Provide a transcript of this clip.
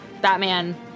Batman